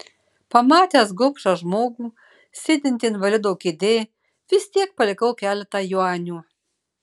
pamatęs gobšą žmogų sėdintį invalido kėdėj vis tiek palikau keletą juanių